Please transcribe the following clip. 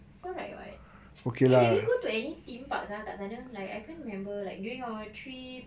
so right what eh did we go to any theme parks ah kat sana like I can't remember like during our trip